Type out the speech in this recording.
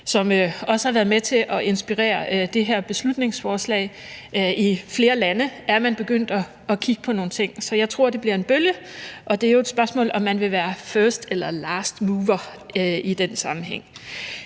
som også har været med til at inspirere det her beslutningsforslag. I flere lande er man begyndt at kigge på nogle ting. Så jeg tror, det bliver en bølge, og det er jo et spørgsmål, om man vil være first- eller lastmover i den sammenhæng.